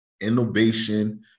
innovation